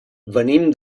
venim